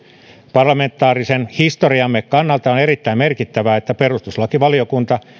parlamentaarisen historiamme kannalta on erittäin merkittävää että perustuslakivaliokunta